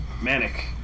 manic